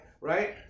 right